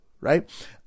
Right